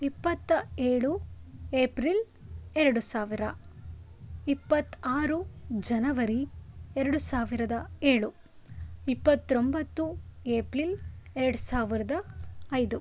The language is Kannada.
ಇಪ್ಪತ್ತ ಏಳು ಏಪ್ರಿಲ್ ಎರಡು ಸಾವಿರ ಇಪ್ಪತ್ತ ಆರು ಜನವರಿ ಎರಡು ಸಾವಿರದ ಏಳು ಇಪ್ಪತ್ತೊಂಬತ್ತು ಏಪ್ಲಿಲ್ ಎರಡು ಸಾವಿರದ ಐದು